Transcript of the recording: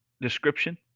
description